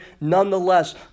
nonetheless